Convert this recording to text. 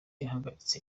ihagaritse